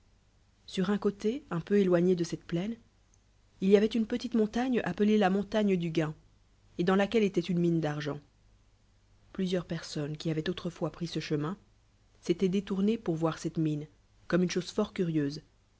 sur un côté nn peoéloi gne de cette plaine il y avoit une petite montagne appelée la montagne da gain et dans laquelle étôit une mid d'argent plusieurs personnes qui avoientantrefois pris cecbetnin s'étoientdé tournées pourvoir cette mine comme une chose fort curieuse